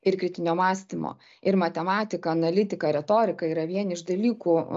ir kritinio mąstymo ir matematika analitika retorika yra vieni iš dalykų